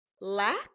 lack